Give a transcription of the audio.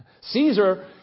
Caesar